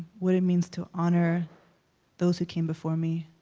what it means to honor those who came before me,